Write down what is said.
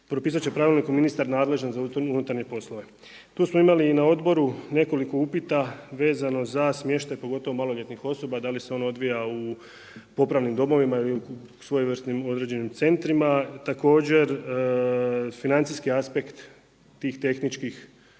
propisati će pravilnikom ministar nadležan za unutarnje poslove. Tu smo imali i na odboru nekoliko upita vezano za smještaj pogotovo maloljetnih osoba da li se on odvija u popravnim domovima ili u svojevrsnim određenim centrima. Također financijski aspekt me zanima